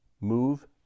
move